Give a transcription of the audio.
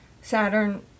Saturn